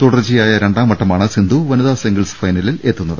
തുടർച്ചയായ രണ്ടാം വട്ടമാണ് സിന്ധു വനിതാസിംഗിൾസ് ഫൈനലിൽ എത്തുന്നത്